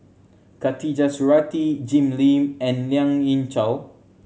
Khatijah Surattee Jim Lim and Lien Ying Chow